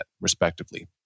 respectively